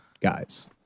guys